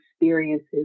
experiences